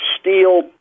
steel